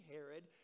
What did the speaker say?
Herod